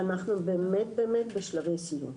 אנחנו יודעים שזה חומרים שהם